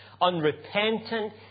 unrepentant